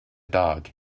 dog